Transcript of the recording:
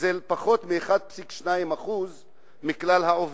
וזה פחות מ-1.2% מכלל העובדים.